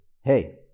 Hey